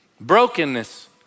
Brokenness